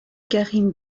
karim